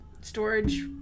storage